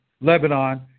Lebanon